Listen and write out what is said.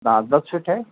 دس دس فٹ ہے